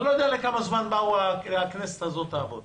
אני לא יודע כמה זמן הכנסת הזאת תעבוד,